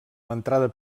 l’entrada